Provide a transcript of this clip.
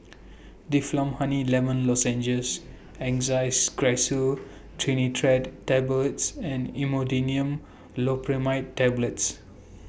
Difflam Honey Lemon Lozenges Angised Glyceryl Trinitrate Tablets and Imodium Loperamide Tablets